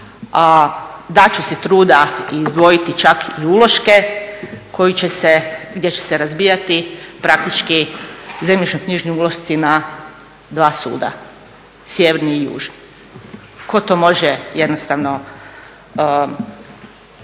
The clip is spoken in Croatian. dat ću si truda i izdvojiti čak i uloške koji će se, gdje će se razbijati praktički zemljišnoknjižni ulošci na dva suda, sjeverni i južni. Ko to može jednostavno spojiti.